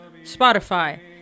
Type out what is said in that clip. Spotify